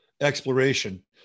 exploration